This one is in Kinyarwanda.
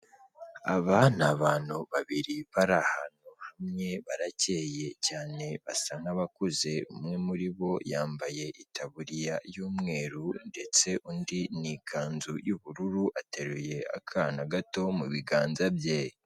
Aba ni abantu babiri bari ahantu hamwe barakeye cyane basa n'abakuze. Umwe muri bo yambaye itaburiya y'umweru ndetse undi n'ikanzu y'ubururu ateruye akana gato mu biganza bye.